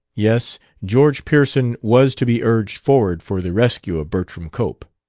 yes, george pearson was to be urged forward for the rescue of bertram cope.